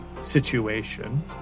situation